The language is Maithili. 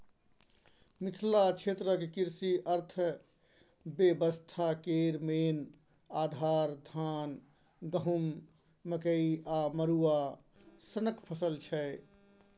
मिथिला क्षेत्रक कृषि अर्थबेबस्था केर मेन आधार, धान, गहुँम, मकइ आ मरुआ सनक फसल छै